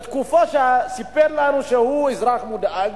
בתקופה שהוא סיפר לנו שהוא אזרח מודאג,